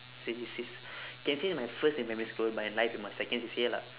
C C Cs can say it's my first in primary school but in life it was second C_C_A lah